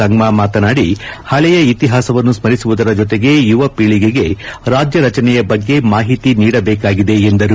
ಸಂಗ್ಮಾ ಮಾತನಾಡಿ ಹಳೆಯ ಇತಿಹಾಸವನ್ನು ಸ್ಮರಿಸುವುದರ ಜೊತೆಗೆ ಯುವಪೀಳಿಗೆಗೆ ರಾಜ್ಯ ರಚನೆಯ ಬಗ್ಗೆ ಮಾಹಿತಿ ನೀಡಬೇಕಾಗಿದೆ ಎಂದರು